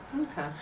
Okay